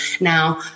now